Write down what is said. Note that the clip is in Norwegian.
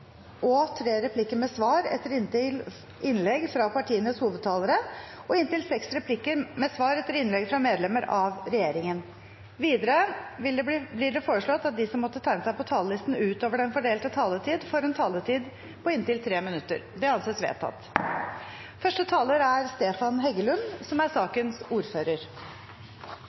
inntil tre replikker med svar etter innlegg fra partienes hovedtalere og inntil seks replikker med svar etter innlegg fra medlemmer av regjeringen. Videre blir det foreslått at de som måtte tegne seg på talerlisten utover den fordelte taletid, får en taletid på inntil 3 minutter. – Det anses vedtatt. La meg først takke for samarbeidet i komiteen. Det er